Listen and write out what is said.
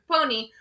pony